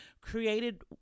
created